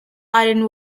iron